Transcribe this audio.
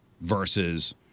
versus